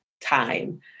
time